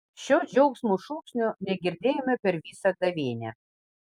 šio džiaugsmo šūksnio negirdėjome per visą gavėnią